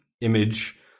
image